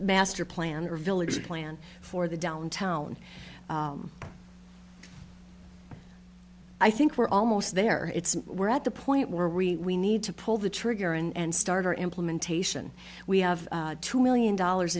master plan or village plan for the downtown i think we're almost there it's we're at the point where we we need to pull the trigger and start our implementation we have two million dollars